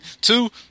two